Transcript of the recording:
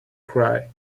cry